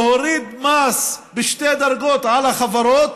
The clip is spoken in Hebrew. להוריד מס בשתי דרגות על החברות